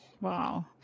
Wow